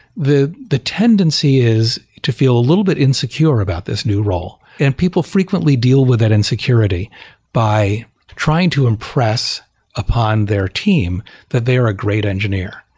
the the tendency is to feel a little bit insecure about this new role, and people frequently deal with that insecurity by trying to impress upon their team that they are a great engineer,